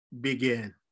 begin